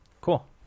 Cool